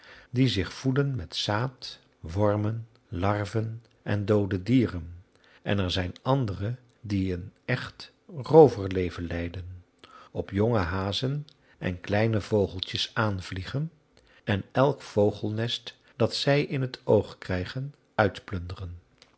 die zich voeden met zaad wormen larven en doode dieren en er zijn andere die een echt rooverleven leiden op jonge hazen en kleine vogeltjes aanvliegen en elk vogelnest dat zij in het oog krijgen uitplunderen